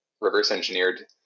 reverse-engineered